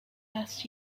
last